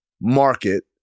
market